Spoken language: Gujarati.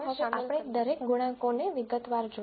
તેથી ચાલો હવે આપણે દરેક ગુણાંકોને વિગતવાર જોઈએ